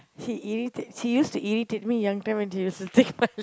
she irritates she used to irritate me young time when she used to take my